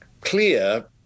clear